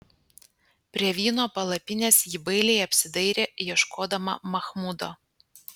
prie vyno palapinės ji bailiai apsidairė ieškodama machmudo